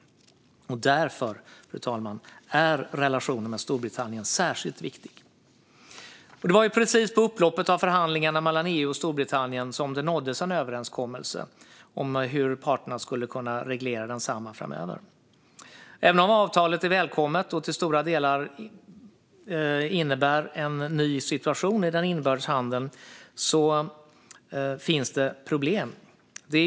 Och därför, fru talman, är relationen med Storbritannien särskilt viktig. Det var precis på upploppet av förhandlingarna mellan EU och Storbritannien som det nåddes en överenskommelse om hur parterna skulle kunna reglera densamma framöver. Även om avtalet är välkommet och till stora delar innebär en ny situation i den inbördes handeln finns det problem.